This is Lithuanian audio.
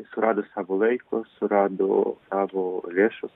surado savo laiko surado savo lėšas